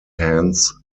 hands